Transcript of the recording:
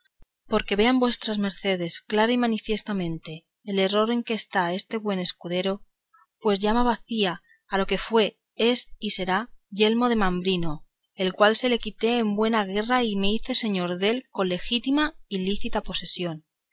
porque vean vuestras mercedes clara y manifiestamente el error en que está este buen escudero pues llama bacía a lo que fue es y será yelmo de mambrino el cual se lo quité yo en buena guerra y me hice señor dél con ligítima y lícita posesión